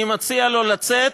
אני מציע לו לצאת